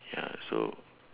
ya so